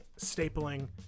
stapling